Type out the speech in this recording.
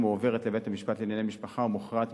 היא מועברת לבית-המשפט לענייני משפחה ומוכרעת